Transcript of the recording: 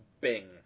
Bing